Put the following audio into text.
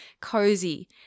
cozy